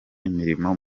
imirimo